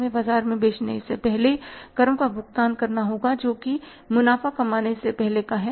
हमें बाजार में बेचने से पहले करों का भुगतान करना होगा जो कि मुनाफ़ा कमाने से पहले है